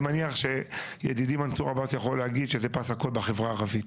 אני מניח שידידי מנסור עבאס יכול להגיד שזה פס הקול בחברה הערבית.